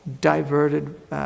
diverted